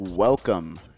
Welcome